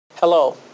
Hello